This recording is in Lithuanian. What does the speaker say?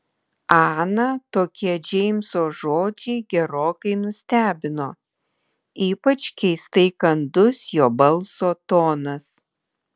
aną tokie džeimso žodžiai gerokai nustebino ypač keistai kandus jo balso tonas